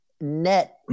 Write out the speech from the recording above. net